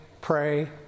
pray